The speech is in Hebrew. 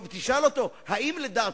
תחושה של הזנחה,